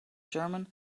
german